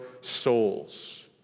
souls